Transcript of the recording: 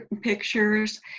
pictures